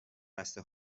بسته